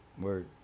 Word